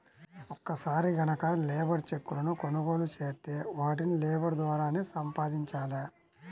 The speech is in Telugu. ఒక్కసారి గనక లేబర్ చెక్కులను కొనుగోలు చేత్తే వాటిని లేబర్ ద్వారానే సంపాదించాల